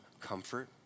comfort